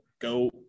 go